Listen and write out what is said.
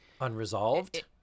unresolved